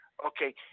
Okay